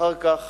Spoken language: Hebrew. ואחר כך